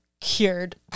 cured